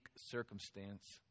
circumstance